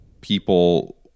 people